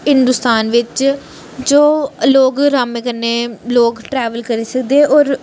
हिंदुस्तान बिच्च जो लोग अरामै कन्नै लोक ट्रैवेल करी सकदे होर